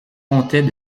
comptait